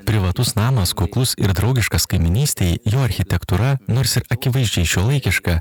privatus namas kuklus ir draugiškas kaimynystei jo architektūra nors akivaizdžiai šiuolaikiška